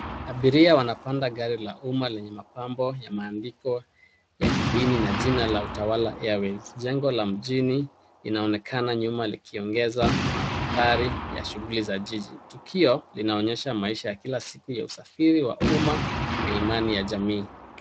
Abiria wanapanda gari la umma lenye mapambo ya maandiko ya kijini na jina la Utawala Airways . Jengo la mjini inaonekana nyuma likiongeza maandari ya shughuli za jiji, tukio linaonyesha maisha ya kila siku ya usafiri wa umma na imani ya jamii.